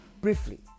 briefly